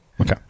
Okay